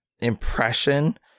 impression